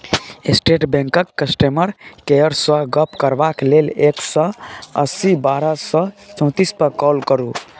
state बैंकक customer केयरसँ गप्प करबाक लेल एक सय अस्सी बारह सय चौतीस पर काँल करु